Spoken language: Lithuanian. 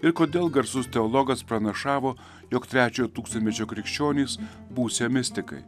ir kodėl garsus teologas pranašavo jog trečiojo tūkstantmečio krikščionys būsią mistikai